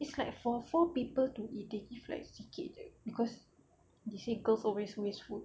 it's like for four people to eat it in fact sikit jer cause they say girls always waste food